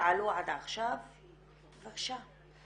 שעלו עד עכשיו, בבקשה.